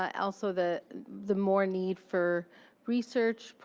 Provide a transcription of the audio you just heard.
um also the the more need for research.